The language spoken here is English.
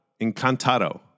Encantado